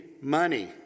money